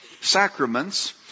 sacraments